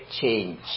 change